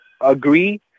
agree